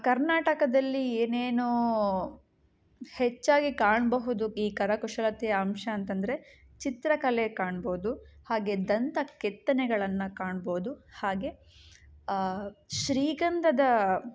ಕರ್ನಾಟಕದಲ್ಲಿ ಏನೇನು ಹೆಚ್ಚಾಗಿ ಕಾಣಬಹುದು ಈ ಕರಕುಶಲತೆಯ ಅಂಶ ಅಂತಂದರೆ ಚಿತ್ರಕಲೆ ಕಾಣ್ಬೋದು ಹಾಗೆ ದಂತ ಕೆತ್ತನೆಗಳನ್ನು ಕಾಣ್ಬೋದು ಹಾಗೆ ಶ್ರೀಗಂಧದ